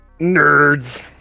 Nerds